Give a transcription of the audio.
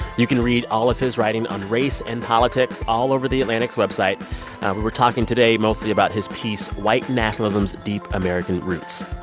you can read all of his writing on race and politics all over the atlantic's website. we were talking today mostly about his piece white nationalism's deep american roots.